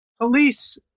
police